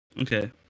Okay